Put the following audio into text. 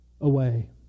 away